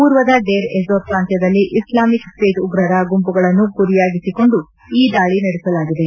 ಪೂರ್ವದ Deir Ezzor ಪ್ರಾಂತ್ವದಲ್ಲಿ Islamic State ಉಗ್ರರ ಗುಂಪುಗಳನ್ನು ಗುರಿಯಾಗಿರಿಸಿಕೊಂಡು ಈ ದಾಳಿ ನಡೆಸಲಾಗಿದೆ